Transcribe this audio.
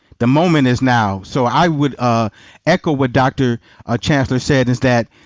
the moment is now. so i would ah echo what doctor chancellor said is that